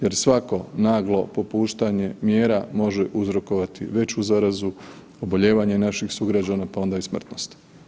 Jer svako naglo popuštanje mjera može uzrokovati veću zarazu, obolijevanje naših sugrađana, pa onda i smrtnost.